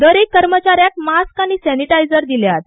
दरेक कर्मचाऱ्याक मास्क आनी सॅनिटायझर दिल्यात